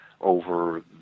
over